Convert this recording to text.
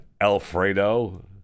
Alfredo